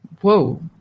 whoa